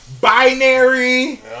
Binary